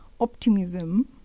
optimism